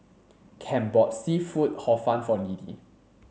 Kem bought seafood hor fun for Liddie